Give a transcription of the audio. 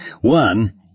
One